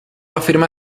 afirma